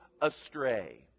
astray